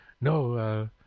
No